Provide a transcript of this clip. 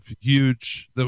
huge